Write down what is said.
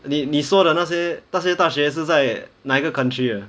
你你说的那些那些大学是在哪一个 country 的